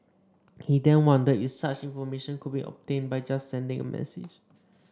he then wondered if such information could be obtained by just sending a message